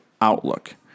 outlook